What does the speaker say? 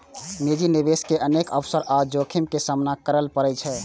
निजी निवेशक के अनेक अवसर आ जोखिम के सामना करय पड़ै छै